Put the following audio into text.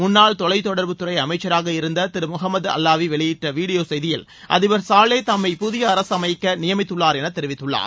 முன்னாள் தொலைத்தொடர்புத்துறை அமைச்சராக இருந்த திரு முகமது அல்வாவி வெளியிட்ட வீடியோ செய்தியில் அதிபர் சாலே தம்மை புதிய அரசு அமைக்க நியமித்துள்ளார் என தெரிவித்துள்ளார்